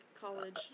college